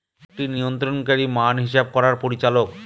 একটি নিয়ন্ত্রণকারী মান হিসাব করার পরিচালক